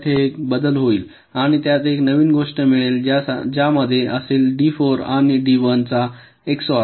तेव्हा तेथे एक बदल होईल आणि त्यात एक नवीन गोष्ट मिळेल ज्यामध्ये असेल डी 4 आणि डी 1 चा एक्सओआर